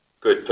good